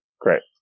Great